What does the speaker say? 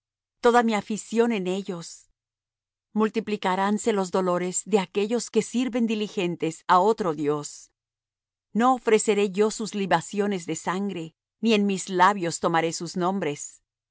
toda mi afición en ellos multiplicaránse los dolores de aquellos que sirven diligentes á otro dios no ofreceré yo sus libaciones de sangre ni en mis labios tomaré sus nombres